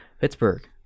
Pittsburgh